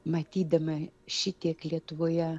matydama šitiek lietuvoje